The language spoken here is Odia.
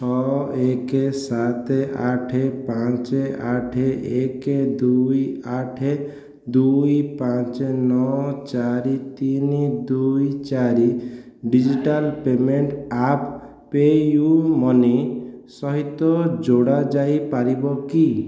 ଛଅ ଏକ ସାତ ଆଠ ପାଞ୍ଚ ଆଠ ଏକ ଦୁଇ ଆଠ ଦୁଇ ପାଞ୍ଚ ନଅ ଚାରି ତିନି ଦୁଇ ଚାରି digital payment app PayU money ସହିତ ଯୋଡ଼ା ଯାଇପାରିବ କି